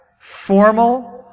formal